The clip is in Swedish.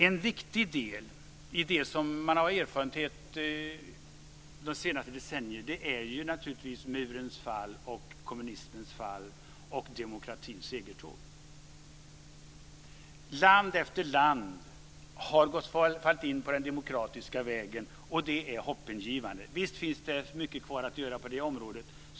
En viktig del i våra erfarenheter under senare decennier är naturligtvis murens fall, kommunismens fall och demokratins segertåg. Land efter land har slagit in på den demokratiska vägen, och det är hoppingivande. Visst finns det mycket kvar att göra på det området.